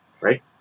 Right